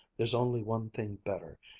there's only one thing better,